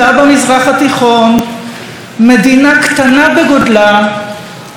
מדינה קטנה בגודלה אבל גדולה בערכים שלה.